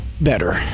better